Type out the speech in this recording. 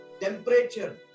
Temperature